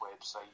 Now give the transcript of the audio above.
website